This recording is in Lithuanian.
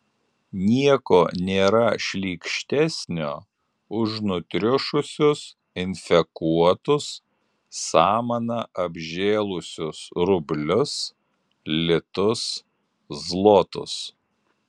nieko nėra šlykštesnio už nutriušusius infekuotus samana apžėlusius rublius litus zlotus